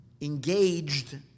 engaged